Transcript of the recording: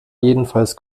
jedenfalls